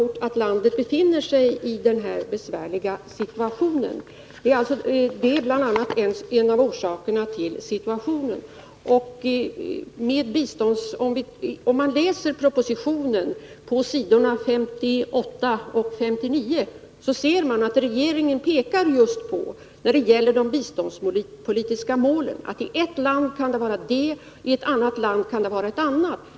Regeringen framhåller, när det gäller de biståndspolitiska målen, på s. 58 och 59 i propositionen att ett mål kan tillgodoses i ett land, ett annat i ett annat land.